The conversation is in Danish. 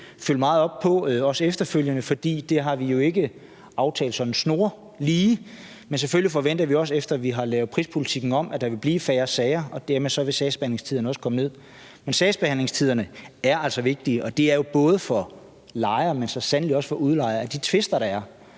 følge meget op på, også efterfølgende, for det har vi jo ikke aftalt sådan snorlige. Men selvfølgelig forventer vi også, efter at vi har lavet prispolitikken om, at der vil blive færre sager, og dermed vil sagsbehandlingstiderne også komme ned. Men sagsbehandlingstiderne er altså vigtige, og det er de jo både for lejere, men så sandelig også for udlejere, så de tvister, der er,